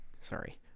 sorry